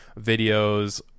videos